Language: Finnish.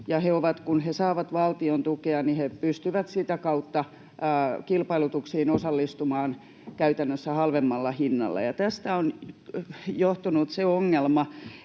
kun he saavat valtion tukea, niin he pystyvät sitä kautta osallistumaan kilpailutuksiin käytännössä halvemmalla hinnalla. Tästä on johtunut se ongelma,